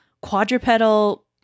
quadrupedal